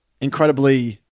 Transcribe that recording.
incredibly